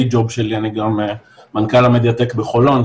job שלי אני גם מנכ"ל המדיטק בחולון,